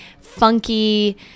funky